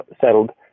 settled